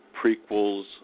prequels